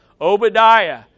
Obadiah